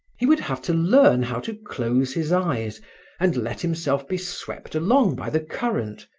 he would have to learn how to close his eyes and let himself be swept along by the current,